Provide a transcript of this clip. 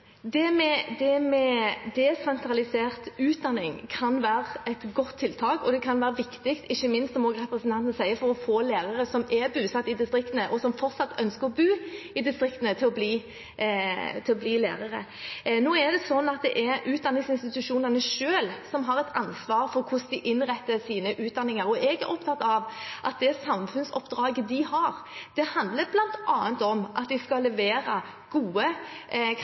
Det med desentralisert utdanning kan være et godt tiltak, og det kan være viktig ikke minst, som også representanten sier, for å få dem som er bosatt i distriktene, og som fortsatt ønsker å bo i distriktene, til å bli lærere. Nå er det sånn at det er utdanningsinstitusjonene selv som har et ansvar for hvordan de innretter sine utdanninger. Jeg er opptatt av at det samfunnsoppdraget de har, bl.a. handler om at de skal levere gode